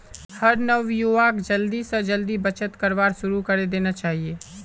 हर नवयुवाक जल्दी स जल्दी बचत करवार शुरू करे देना चाहिए